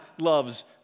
loves